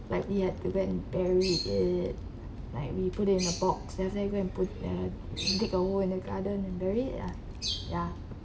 like we had to go and buried it like we put it in a box then after that we go and put uh dig a hole in the garden and buried it lah ya